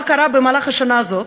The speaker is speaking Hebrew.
מה קרה במהלך השנה הזאת?